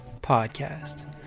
Podcast